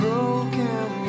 Broken